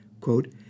quote